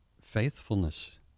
faithfulness